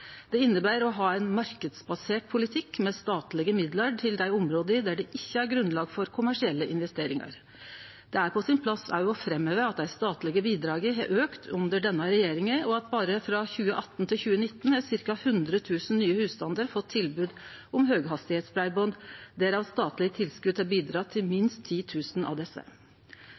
Det inneber å ha ein marknadsbasert politikk med statlege midlar til dei områda der det ikkje er grunnlag for kommersielle investeringar. Det er òg på sin plass å framheve at dei statlege bidraga har auka under denne regjeringa, og at berre frå 2018 til 2019 har ca. 100 000 nye husstandar fått tilbod om høghastigheitsbreiband, og av dei har statlege tilskot bidrege til minst 10 000 av desse.